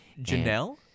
Janelle